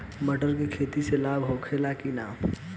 मटर के खेती से लाभ होला कि न?